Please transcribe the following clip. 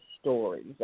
stories